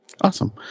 Awesome